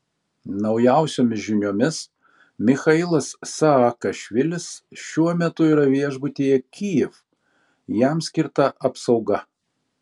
naujausiomis žiniomis michailas saakašvilis šiuo metu yra viešbutyje kijev jam skirta apsauga